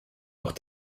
auch